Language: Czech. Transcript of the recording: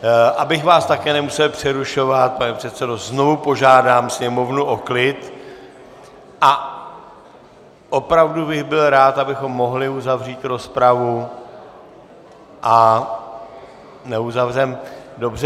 Abych vás také nemusel přerušovat, pane předsedo, znovu požádám sněmovnu o klid a opravdu bych byl rád, abychom mohli uzavřít rozpravu, a neuzavřeme dobře.